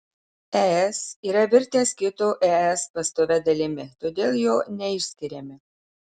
es yra virtęs kito es pastovia dalimi todėl jo neišskiriame